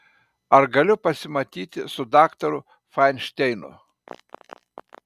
ar galiu pasimatyti su daktaru fainšteinu